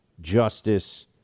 Justice